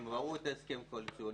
הן ראו את ההסכם הקואליציוני,